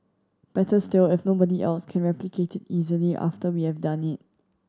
better still if nobody else can replicate it easily after we have done it